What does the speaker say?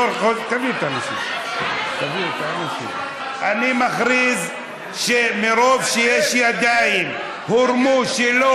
אני מכריז שמרוב שהיו ידיים שהורמו,